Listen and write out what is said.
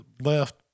left